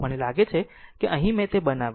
મને લાગે છે કે અહીં મેં તે બનાવ્યું હશે